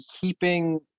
keeping